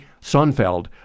Sonfeld